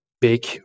big